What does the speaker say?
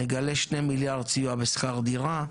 נגלה 2 מיליארד סיוע בשכר דירה,